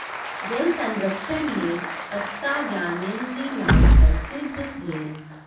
जल संरक्षण में पत्ता ज्ञानेंद्री लाभकर सिद्ध भेल